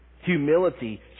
Humility